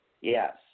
Yes